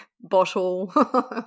Bottle